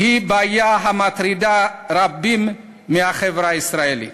היא בעיה שמטרידה רבים מהחברה הישראלית.